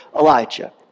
Elijah